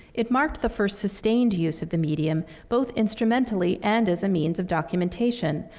it marked the first sustained use of the medium, both instrumentally and as a means of documentation,